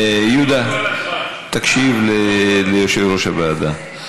יהודה, תקשיב ליושב-ראש הוועדה.